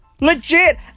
Legit